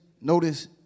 notice